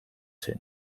zen